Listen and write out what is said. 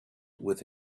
with